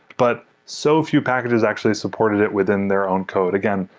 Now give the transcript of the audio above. but so few packages actually supported it within their own code. again,